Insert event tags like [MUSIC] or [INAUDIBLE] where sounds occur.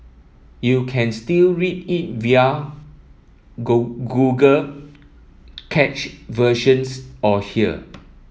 you can still read it via [UNINTELLIGIBLE] Google cached versions or here